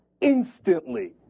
Instantly